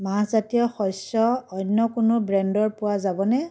মাহজাতীয় শস্য অন্য কোনো ব্ৰেণ্ডৰ পোৱা যাবনে